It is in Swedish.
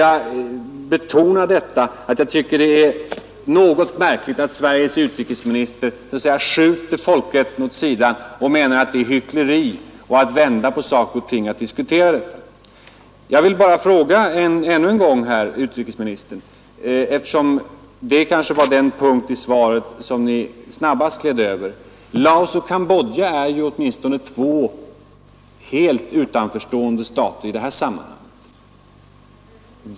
Jag vill betona att det är märkligt att Sveriges utrikesminister skjuter folkrätten åt sidan och menar att det är hyckleri att diskutera den och att man vänder på saker och ting om man gör det. Jag vill ännu en gång ställa en fråga till herr utrikesministern på den punkt, som han snabbast gled över i svaret. Laos och Cambodja är ju två helt utanförstående stater i det här sammanhanget.